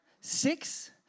six